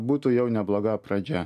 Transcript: būtų jau nebloga pradžia